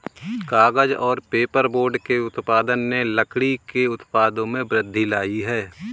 कागज़ और पेपरबोर्ड के उत्पादन ने लकड़ी के उत्पादों में वृद्धि लायी है